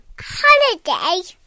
holiday